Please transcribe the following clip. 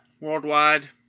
worldwide